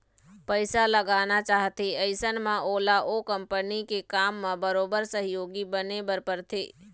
पइसा लगाना चाहथे अइसन म ओला ओ कंपनी के काम म बरोबर सहयोगी बने बर परथे